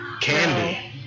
candy